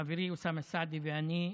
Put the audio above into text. חברי אוסאמה סעדי ואני,